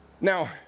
Now